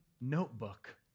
notebook